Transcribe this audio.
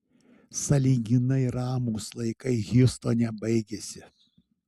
sąlyginai ramūs laikai hjustone baigėsi